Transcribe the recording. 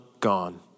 gone